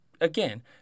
again